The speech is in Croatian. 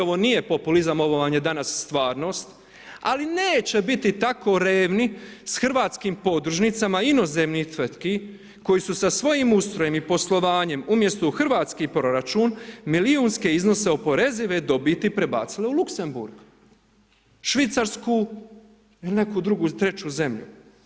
Ovo nije populizam, ovo vam je danas stvarnost, ali neće biti tako revni s hrvatskim podružnicama, inozemnih tvrtki, koji su sa svojim ustrojem i poslovanjem, umjesto u hrvatski proračun, milijunske iznose oporezive dobiti prebacile u Luxemburg, Švicarsku ili neku drugu, treću zemlju.